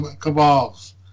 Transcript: cabals